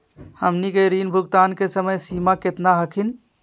हमनी के ऋण भुगतान के समय सीमा केतना हखिन?